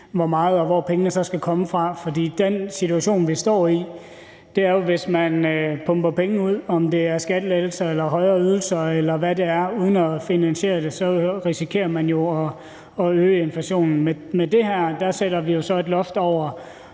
hvor meget, og hvor pengene så skal komme fra. For den situation, vi står i, er, at hvis man pumper penge ud – om det er i skattelettelser eller højere ydelser, eller hvad det er – uden at finansiere det, så risikerer man jo at øge inflationen. Med det her sætter vi jo så et loft over,